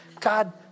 God